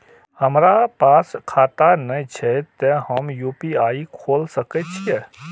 हमरा पास खाता ने छे ते हम यू.पी.आई खोल सके छिए?